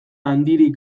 handirik